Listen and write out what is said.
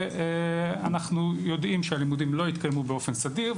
ואנחנו יודעים שהלימודים לא התקיימו באופן סדיר,